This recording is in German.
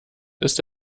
ist